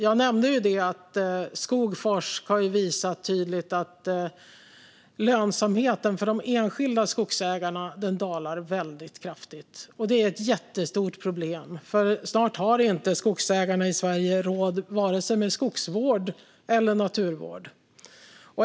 Jag nämnde att Skogforsk tydligt har visat att lönsamheten för de enskilda skogsägarna dalar väldigt kraftigt. Det är ett jättestort problem, för snart har inte skogsägarna i Sverige råd med vare sig skogsvård eller naturvård.